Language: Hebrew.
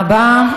תודה רבה.